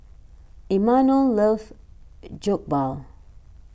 Imanol loves Jokbal